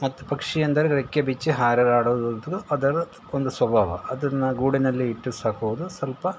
ಮತ್ತು ಪಕ್ಷಿ ಅಂದರೆ ರೆಕ್ಕೆ ಬಿಚ್ಚಿ ಹಾರಾಡುವುದು ಅದರ ಒಂದು ಸ್ವಭಾವ ಅದನ್ನು ಗೂಡಿನಲ್ಲಿ ಇಟ್ಟು ಸಾಕುವುದು ಸ್ವಲ್ಪ